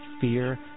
fear